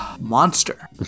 monster